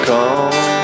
Come